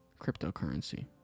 cryptocurrency